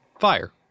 fire